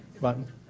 button